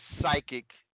psychic